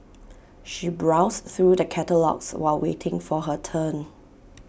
she browsed through the catalogues while waiting for her turn